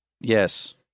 Yes